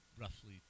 roughly